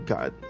God